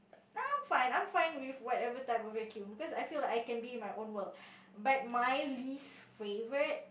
I'm fine I'm fine with whatever type of vacuum cause I feel like I can be in my own world but my least favourite